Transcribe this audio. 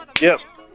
yes